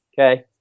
Okay